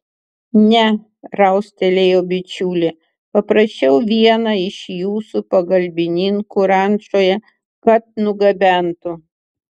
ne raustelėjo bičiulė paprašiau vieną iš jūsų pagalbininkų rančoje kad nugabentų